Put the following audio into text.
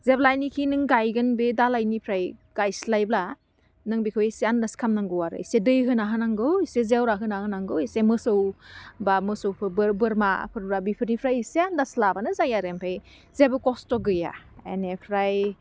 जेब्लायनाखि नों गायगोन बे दालाइनिफ्राय गायस्लायब्ला नों बेखौ एसे आन्दास खामनांगौ आरो एसे दै होना होनांगौ एसे जेवरा होना होनांगौ एसे मोसौ बा मोसौफो बोरमाफोर बेफोरनिफ्राय एसे आन्दास लाबानो जायो आरो आमफाय जेबो खस्थ' गैया बेनिफ्राय